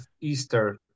Easter